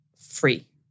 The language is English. free